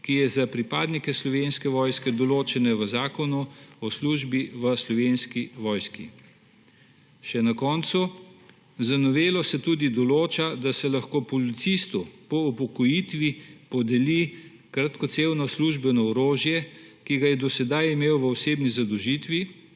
ki je za pripadnike Slovenske vojske določena v Zakonu o službi v Slovenski vojski. Še na koncu. Z novelo se tudi določa, da se lahko policistu po upokojitvi podeli kratkocevno službeno orožje, ki ga je do sedaj imel v osebni zadolžitvi,